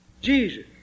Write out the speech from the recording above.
Jesus